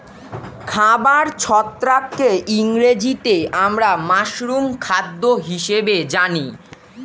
খাবার ছত্রাককে ইংরেজিতে আমরা মাশরুম খাদ্য হিসেবে জানি